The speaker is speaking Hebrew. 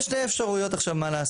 יש שתי אפשרויות מה לעשות,